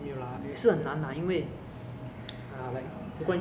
回来新加坡也是要做 swab test